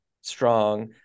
strong